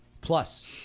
Plus